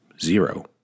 zero